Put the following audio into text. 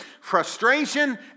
frustration